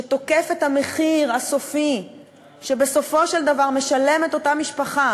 שתוקף את המחיר הסופי שבסופו של דבר משלמת אותה משפחה,